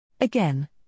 Again